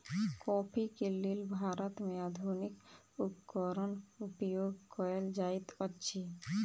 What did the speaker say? coffee के लेल भारत में आधुनिक उपकरण उपयोग कएल जाइत अछि